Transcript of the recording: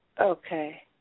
Okay